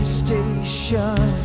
station